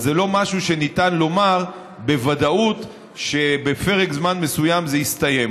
אז זה לא משהו שניתן לומר בוודאות שבפרק זמן מסוים זה יסתיים.